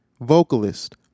vocalist